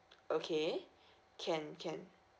okay can can